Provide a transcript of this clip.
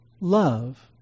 love